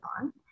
on